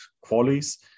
qualities